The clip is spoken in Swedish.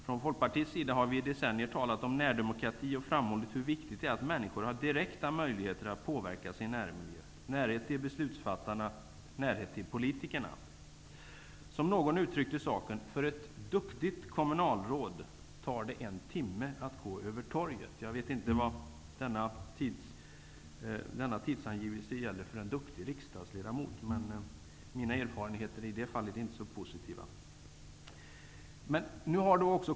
Från Folkpartiets sida har vi i deccennier talat om närdemokrati och framhållit hur viktigt det är att människor har direkta möjligheter att påverka sin närmiljö -- närhet till beslutsfattarna, närhet till politikerna. Någon uttryckte saken på följande sätt: För ett duktigt kommunalråd tar det en timme att gå över torget. Jag vet inte vilken tid som gäller för en duktig riksdagsledamot. Mina erfarenheter i det fallet är inte så positiva.